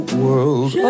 world